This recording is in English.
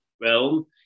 realm